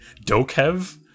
Dokev